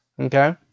okay